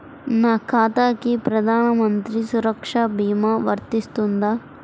నా ఖాతాకి ప్రధాన మంత్రి సురక్ష భీమా వర్తిస్తుందా?